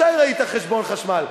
מתי ראית חשבון חשמל?